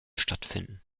stattfinden